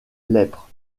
lèpre